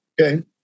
Okay